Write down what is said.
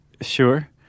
Sure